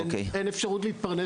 כי אין בו אפשרות להתפרנס